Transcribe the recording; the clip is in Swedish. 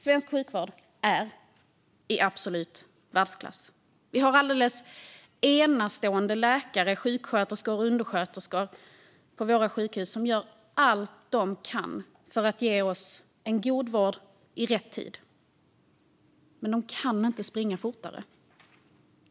Svensk sjukvård är i absolut världsklass. Vi har alldeles enastående läkare, sjuksköterskor och undersköterskor på våra sjukhus som gör allt de kan för att ge oss god vård i rätt tid. Men de kan inte springa fortare.